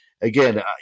again